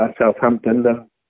Southampton